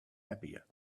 happier